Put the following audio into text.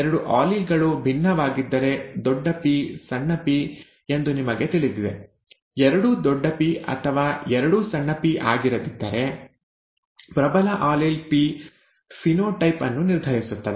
ಎರಡು ಆಲೀಲ್ ಗಳು ಭಿನ್ನವಾಗಿದ್ದರೆ ದೊಡ್ಡ ಪಿ ಸಣ್ಣ ಪಿ ಎಂದು ನಿಮಗೆ ತಿಳಿದಿದೆ ಎರಡೂ ದೊಡ್ಡ ಪಿ ಅಥವಾ ಎರಡೂ ಸಣ್ಣ ಪಿ ಆಗಿರದಿದ್ದರೆ ಪ್ರಬಲ ಆಲೀಲ್ ಪಿ ಫಿನೋಟೈಪ್ ಅನ್ನು ನಿರ್ಧರಿಸುತ್ತದೆ